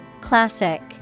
Classic